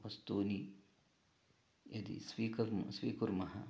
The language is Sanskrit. वस्तूनि यदि स्वीकुर्मः स्वीकुर्मः